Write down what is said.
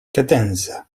cadenza